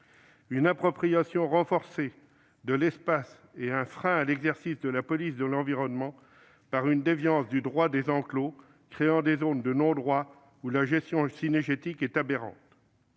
une appropriation renforcée de l'espace et un frein à l'exercice de la police de l'environnement, par une déviance du droit des enclos créant des zones de non-droit où la gestion « cynégétique » est aberrante